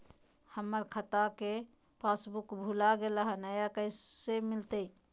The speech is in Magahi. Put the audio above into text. हमर खाता के पासबुक भुला गेलई, नया कैसे मिलतई?